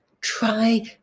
try